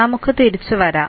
നമുക്ക് തിരിച്ചു വരാം